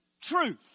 truth